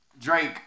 Drake